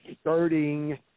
starting